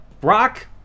Brock